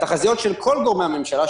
התחזיות של כל גורמי הממשלה,